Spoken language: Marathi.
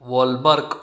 वॉलबर्ग